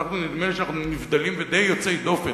ונדמה לי שאנחנו נבדלים ודי יוצאי דופן.